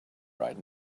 right